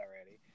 already